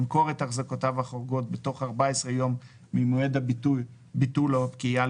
ימכור את החזקותיו החורגות בתוך 14 ימים ממועד הביטול או הפקיעה,